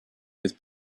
with